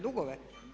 Dugove?